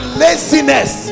laziness